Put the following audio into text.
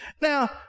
Now